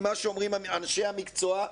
ממה שאומרים מאנשי המקצוע,